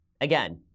Again